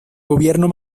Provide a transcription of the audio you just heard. gobierno